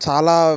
చాలా